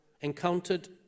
encountered